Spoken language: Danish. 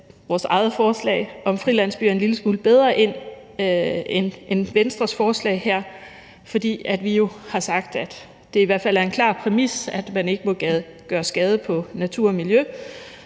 vores eget forslag om frilandsbyer en lille smule bedre ind, end Venstre har i sit forslag her, fordi vi jo har sagt, at det i hvert fald er en klar præmis, at man ikke må gøre skade på natur og miljø.